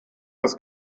das